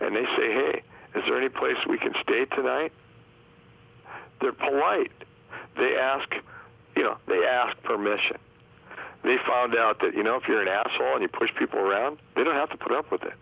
and say hey is there any place we can stay tonight they're polite they ask they ask permission they found out that you know if you're an asshole you push people around they don't have to put up with